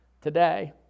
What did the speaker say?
today